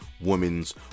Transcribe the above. Women's